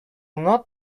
not